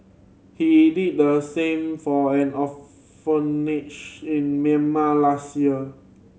he did the same for an orphanage in Myanmar last year